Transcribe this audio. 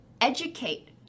educate